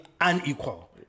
unequal